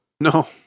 No